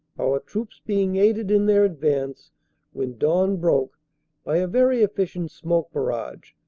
our troops being aided in their advance when dawn broke by a very efficient smoke barrage,